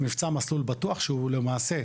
מבצע "מסלול בטוח" שהוא למעשה,